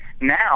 Now